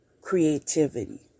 creativity